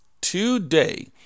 today